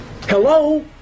Hello